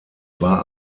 war